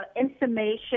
information